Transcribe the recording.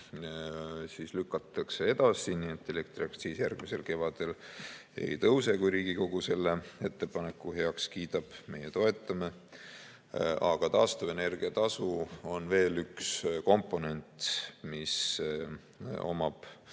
lükatakse edasi, nii et elektriaktsiis järgmisel kevadel ei tõuse, kui Riigikogu selle ettepaneku heaks kiidab. Meie toetame. Aga taastuvenergia tasu on veel üks komponent, mis omab